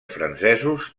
francesos